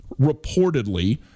reportedly